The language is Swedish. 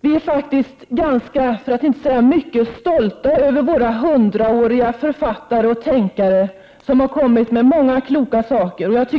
vi är mycket stolta över våra författare och tänkare, som har fört fram många kloka sanningar.